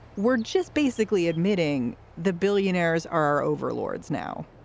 we're just basically admitting the billionaires are overlords now,